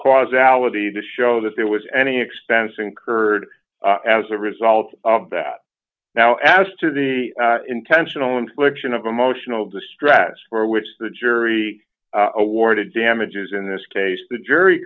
causality to show that there was any expense incurred as a result of that now as to the intentional infliction of emotional distress for which the jury awarded damages in this case the jury